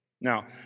Now